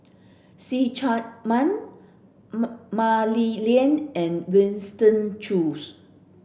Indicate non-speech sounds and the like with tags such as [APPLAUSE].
See Chak Mun [UNINTELLIGIBLE] Mah Li Lian and Winston Choos